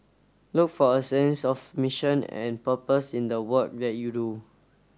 look for a sense of mission and purpose in the work that you do